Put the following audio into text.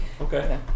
Okay